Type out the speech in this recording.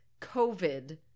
COVID